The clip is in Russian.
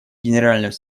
генерального